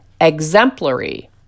exemplary